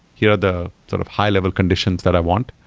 here are the sort of high-level conditions that i want.